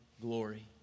glory